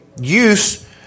use